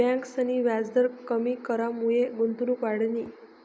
ब्यांकसनी व्याजदर कमी करामुये गुंतवणूक वाढनी